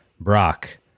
Brock